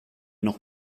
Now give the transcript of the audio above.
noch